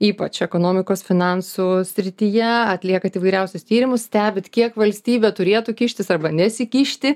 ypač ekonomikos finansų srityje atliekat įvairiausius tyrimus stebit kiek valstybė turėtų kištis arba nesikišti